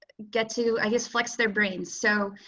get to i guess flex their brains. so,